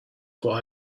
what